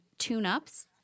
tune-ups